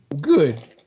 Good